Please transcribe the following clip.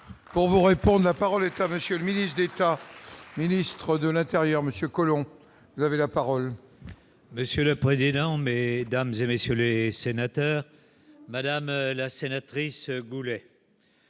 Pour vous répondent : la parole et faire Monsieur le ministre d'État, ministre de l'Intérieur Monsieur Collomb la parole. Monsieur le président, mais dames et messieurs les sénateurs, Madame la sénatrice Goulet.